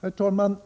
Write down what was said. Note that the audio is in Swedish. Herr talman!